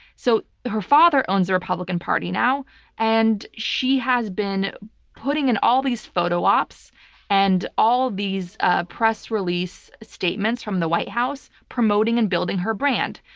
so her father owns the republican party now and she has been putting in all these photo ops and all these ah press release statements from the white house promoting and building her brand.